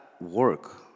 work